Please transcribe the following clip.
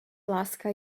láska